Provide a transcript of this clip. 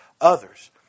Others